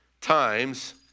times